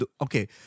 okay